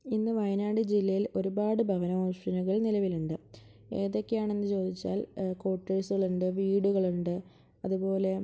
ഇന്ന് വയനാട് ജില്ലയിൽ ഒരുപാട് ഭവന ഓപ്ഷനുകൾ നിലവിലുണ്ട് ഏതൊക്കെയാണ് എന്ന് ചോദിച്ചാൽ കോട്ടേഴ്സുകളുണ്ട് വീടുകളുണ്ട് അതുപോലെ